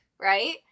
right